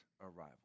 arrival